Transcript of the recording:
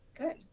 Good